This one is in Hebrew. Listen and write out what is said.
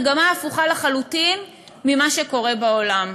מגמה הפוכה לחלוטין ממה שקורה בעולם.